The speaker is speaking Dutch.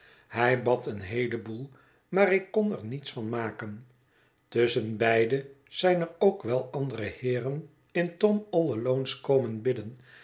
hij bad een heelen boel maar ik kon er niets van maken tusschenbeide zijn er ook wel andere heeren in tom all al one s komen bidden